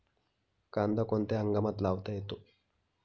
कांदा कोणत्या हंगामात लावता येतो?